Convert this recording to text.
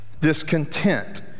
discontent